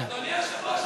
מה זה הדיבור הזה?